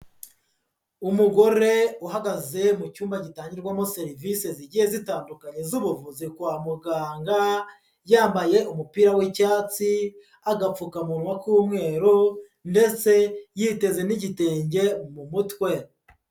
Umugore uhagaze mu cyumba gitangirwamo serivisi zigiye zitandukanye z'ubuvutse kwa muganga, yambaye umupira w'icyatsi, agapfukamunwa k'umweru ndetse yiteze n'igitenge mu mutwe.